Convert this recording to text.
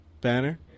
Banner